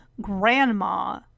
Grandma